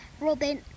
robin